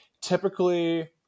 typically